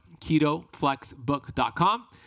KetoFlexBook.com